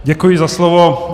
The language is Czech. Děkuji za slovo.